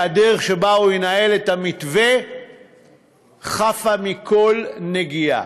שהדרך שבה הוא ינהל את המתווה חפה מכל נגיעה.